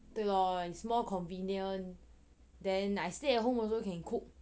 对咯 it's more convenient then I stay at home also can cook